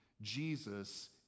Jesus